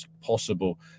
possible